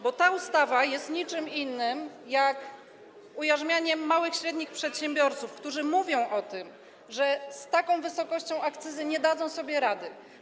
bo ta ustawa nie jest niczym innym, tylko ujarzmianiem małych i średnich przedsiębiorców, którzy mówią o tym, że z taką wysokością akcyzy nie dadzą sobie rady.